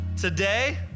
Today